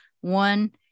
one